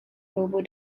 lobo